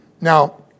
Now